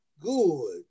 Good